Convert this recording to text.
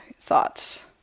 thoughts